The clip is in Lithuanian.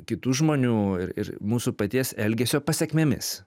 kitų žmonių ir mūsų paties elgesio pasekmėmis